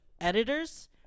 editors